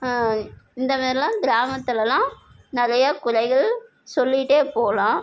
இந்த மாதிரியெல்லாம் கிராமத்துலலாம் நிறைய குறைகள் சொல்லிகிட்டே போகலாம்